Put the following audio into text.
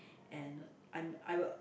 and I'm I will